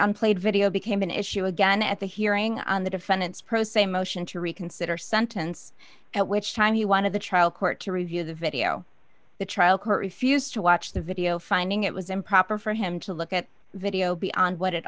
unplayed video became an issue again at the hearing on the defendant's pro se motion to reconsider sentence at which time he wanted the trial court to review the video the trial court refused to watch the video finding it was improper for him to look at video beyond what it